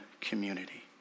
community